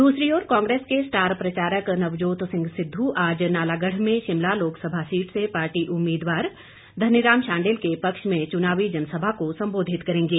दूसरी ओर कांग्रेस के स्टार प्रचारक नवजोत सिंह सिद्धू आज नालागढ़ में शिमला लोकसभा सीट से पार्टी उम्मीदवार धनीराम शांडिल के पक्ष में चुनावी जनसभा को संबोधित करेंगे